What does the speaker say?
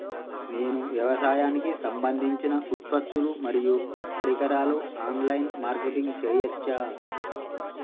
నేను వ్యవసాయానికి సంబంధించిన ఉత్పత్తులు మరియు పరికరాలు ఆన్ లైన్ మార్కెటింగ్ చేయచ్చా?